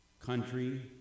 country